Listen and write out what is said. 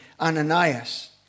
Ananias